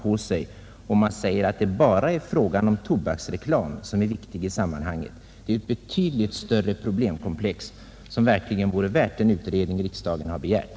på sig, om man säger att det bara är frågan om tobaksreklam som är viktig i sammanhanget. Det gäller ett betydligt större problemkomplex, som verkligen vore värt den utredning riksdagen har begärt.